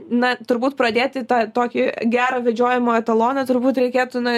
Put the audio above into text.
na turbūt pradėti tą tokį gerą vedžiojimo etaloną turbūt reikėtų na